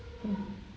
mm